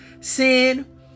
Sin